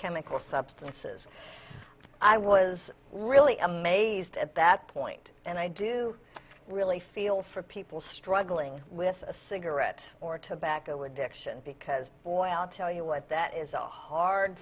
chemical substances i was really amazed at that point and i do really feel for people struggling with a cigarette or tobacco addiction because boy i'll tell you what that is a hard